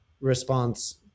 response